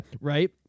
Right